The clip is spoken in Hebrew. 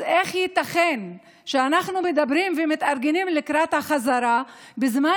אז איך ייתכן שאנחנו מדברים ומתארגנים לקראת החזרה בזמן